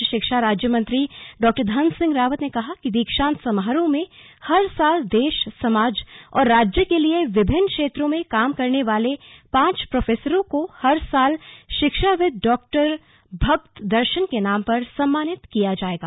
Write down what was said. उच्च शिक्षा राज्य मंत्री धन सिंह रावत ने कहा कि दीक्षांत समारोह में हर साल देश समाज और राज्य के लिये विभिन्न क्षेत्रों में काम करने वाले पांच प्रोफेसरों को हर साल शिक्षाविद डॉक्टर भक्त दर्शन के नाम पर सम्मानित किया जाएगा